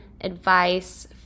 advice